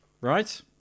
right